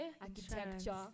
architecture